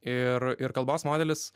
ir ir kalbos modelis